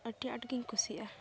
ᱟᱹᱰᱤ ᱟᱸᱴᱜᱤᱧ ᱠᱩᱥᱤᱭᱟᱜᱼᱟ